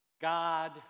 God